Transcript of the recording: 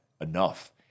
enough